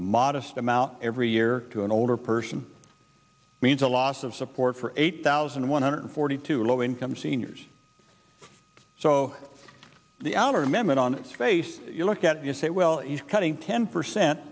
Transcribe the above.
a modest amount every year to an older person means a loss of support for eight thousand one hundred forty two low income seniors so the outer amendment on its face you look at it you say well he's cutting ten percent